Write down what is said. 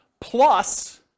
plus